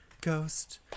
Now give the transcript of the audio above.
ghost